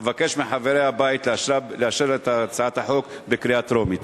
אבקש מחברי הבית לאשר את הצעת החוק בקריאה טרומית.